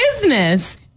business